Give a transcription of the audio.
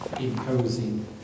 imposing